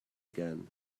again